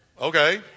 okay